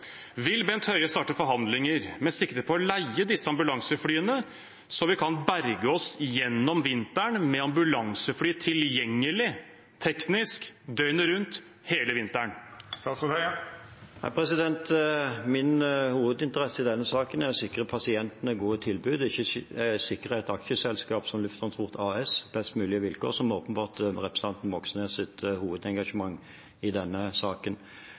Vil Bent Høie starte forhandlinger med sikte på å leie disse ambulanseflyene, så vi kan berge oss gjennom vinteren med ambulansefly tilgjengelig, teknisk, døgnet rundt, hele vinteren? Min hovedinteresse i denne saken er å sikre pasientene gode tilbud og ikke å sikre et aksjeselskap som Lufttransport AS best mulige vilkår, som åpenbart er representanten Moxnes’ hovedengasjement i denne saken.